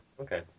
okay